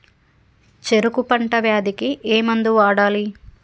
చెరుకు పంట వ్యాధి కి ఏ మందు వాడాలి?